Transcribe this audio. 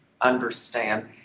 understand